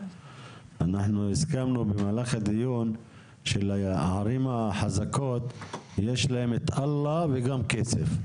אנחנו הסכמנו במהלך הדיון שלערים החזקות יש להם את אלוהים וגם את הכסף.